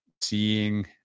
seeing